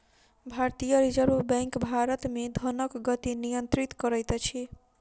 भारतीय reserve bank Bharat मे धनक गति नियंत्रित करैत अछि